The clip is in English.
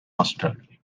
mustard